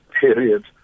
period